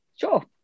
Sure